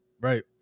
right